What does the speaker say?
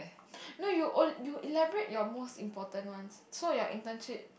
no you you elaborate your most important ones so your internship